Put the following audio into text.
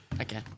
Okay